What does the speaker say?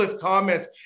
comments